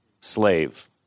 slave